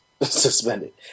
suspended